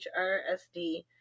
HRSD